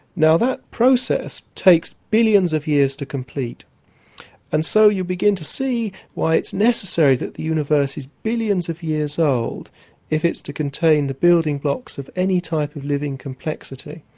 now that process takes billions of years to complete and so you begin to see why it's necessary that the universe is billions of years old if it's to contain the building blocks of any type of living complexity.